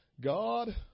God